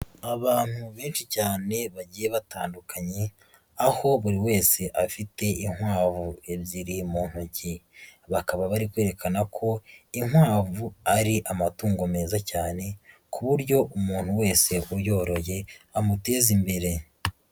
Abantu benshi cyane bagiye batandukanye, aho buri wese afite inkwavu ebyiri mu ntoki, bakaba bari kwerekana ko inkwavu ari amatungo meza cyane, ku buryo umuntu wese uyoroye amuteza imbere.